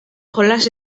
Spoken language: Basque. jolas